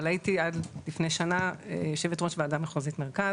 אבל הייתי עד לפני שנה יושבת ראש וועדה מחוזית מרכז.